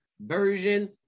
version